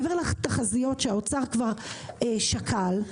מעבר לתחזיות שהאוצר כבר שקל,